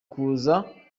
kuza